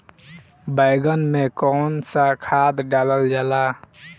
बैंगन में कवन सा खाद डालल जाला?